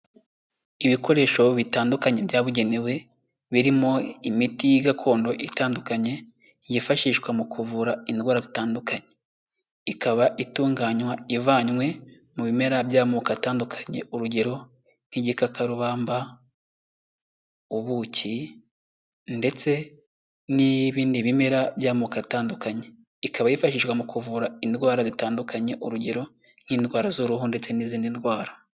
Ibikoresho bitandukanye byabugenewe birimo imiti gakondo itandukanye, yifashishwa mu kuvura indwara zitandukanye, ikaba itunganywa ivanywe mu bimera by'amoko atandukanye, urugero nk'igikakarubamba, ubuki, ndetse n'ibindi bimera by'amoko atandukanye, ikaba yifashishwa mu kuvura indwara zitandukanye urugero nk'indwara z'uruhu ndetse n'izindi ndwara.